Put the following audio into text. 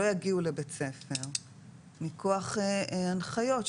זה אומר שהוא מוסמך להורות שלא יגיעו לבית הספר מכוח הנחיות,